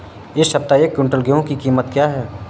इस सप्ताह एक क्विंटल गेहूँ की कीमत क्या है?